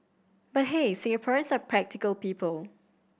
but hey Singaporeans are practical people